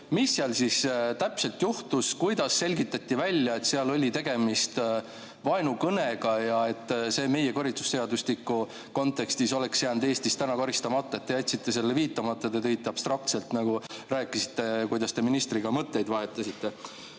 mis seal täpselt juhtus? Kuidas selgitati välja, et seal oli tegemist vaenukõnega ja et see meie karistusseadustiku kontekstis oleks jäänud Eestis praegu karistamata? Te jätsite sellele viitamata ja abstraktselt rääkisite, kuidas te ministriga mõtteid vahetasite. Teine